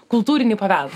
kultūrinį paveldą